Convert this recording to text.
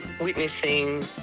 witnessing